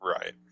Right